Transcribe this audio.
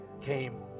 came